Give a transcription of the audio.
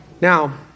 Now